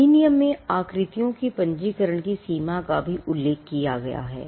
अधिनियम में आकृतियों के पंजीकरण की सीमा का भी उल्लेख किया गया है